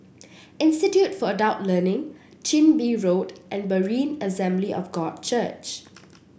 Institute for Adult Learning Chin Bee Road and Berean Assembly of God Church